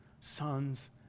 sons